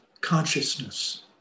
consciousness